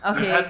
Okay